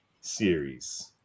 series